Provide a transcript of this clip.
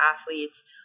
athletes